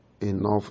enough